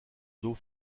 d’eau